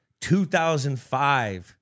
2005